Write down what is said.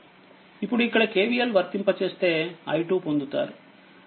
ఇప్పుడు ఇక్కడ KVL వర్తింపజేస్తే i2 పొందుతారు